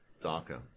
darker